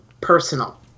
personal